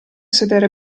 sedere